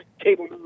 cable